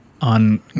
on